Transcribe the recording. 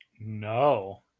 No